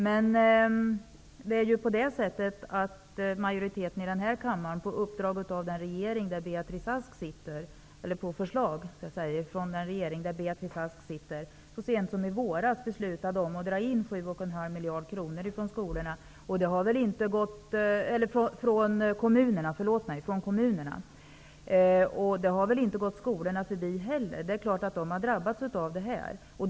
Men majoriteten i den här kammaren har ju, på förslag av den regering som Beatrice Ask sitter i, så sent som i våras fattat beslut om att dra in 7,5 miljarder kronor från kommunerna. Och detta har väl inte gått skolorna förbi heller. Det är klart att de har drabbats av detta.